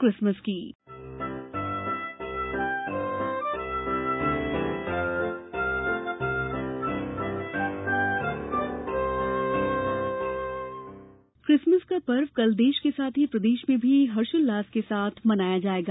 Christmas Christmas का पर्व कल देश के साथ ही प्रदेश में भी हर्षोल्लास के साथ मनाया जाएगा